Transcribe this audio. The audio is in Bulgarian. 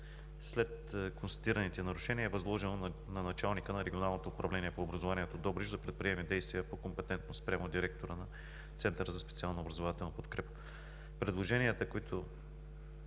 След констатираните нарушения на началника на Регионалното управление по образованието – Добрич, е възложено да предприеме действия по компетентност спрямо директора на Центъра за специална образователна подкрепа. Предложенията, които